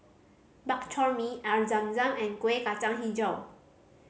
Bak Chor Mee Air Zam Zam and Kueh Kacang Hijau